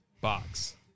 box